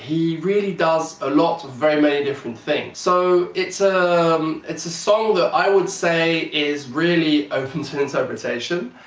he really does a lot of very many different things. so it's ah um it's a song that i would say is really open to interpretation